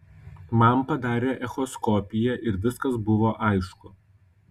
man padarė echoskopiją ir viskas buvo aišku